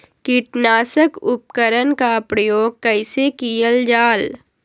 किटनाशक उपकरन का प्रयोग कइसे कियल जाल?